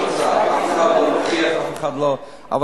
אף אחד לא מכריח,